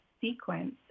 sequence